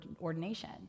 ordination